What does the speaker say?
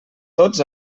tots